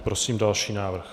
Prosím další návrh.